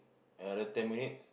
another ten minutes